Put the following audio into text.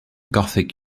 gothic